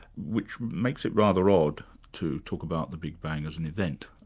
which makes it rather odd to talk about the big bang as an event,